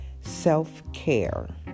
Self-care